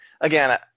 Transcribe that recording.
again